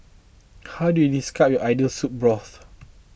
how do you describe your ideal soup broth